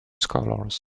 scholars